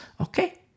Okay